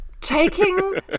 taking